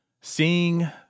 seeing